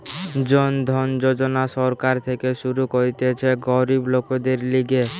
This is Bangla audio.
জন ধন যোজনা সরকার থেকে শুরু করতিছে গরিব লোকদের লিগে